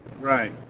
Right